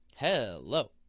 Hello